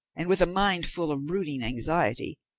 and with a mind full of brooding anxiety,